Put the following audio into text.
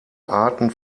arten